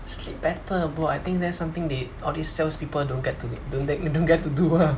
sleep better bro I think that's something they all this salespeople don't get to don't get to do ah